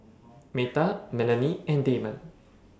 Metta Melonie and Damon